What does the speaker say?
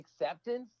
acceptance